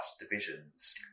divisions